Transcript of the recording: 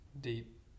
Deep